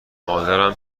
مادرم